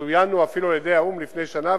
וצוינו אפילו על-ידי האו"ם לפני שנה,